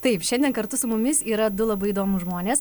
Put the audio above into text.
taip šiandien kartu su mumis yra du labai įdomūs žmonės